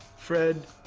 fred